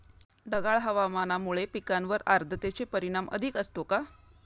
ढगाळ हवामानामुळे पिकांवर आर्द्रतेचे परिणाम अधिक असतो का?